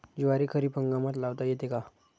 ज्वारी खरीप हंगामात लावता येते का?